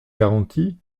garantie